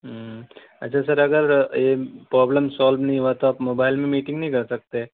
ہوں اچھا سر اگر یہ پرابلم سالو نہیں ہوا تو موبائل میں میٹنگ نہیں کر سکتے